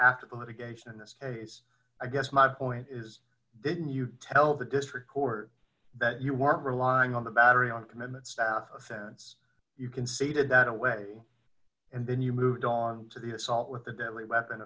medication this is i guess my point is didn't you tell the district court that you weren't relying on the battery on commitments offense you conceded that away and then you moved on to the assault with a deadly weapon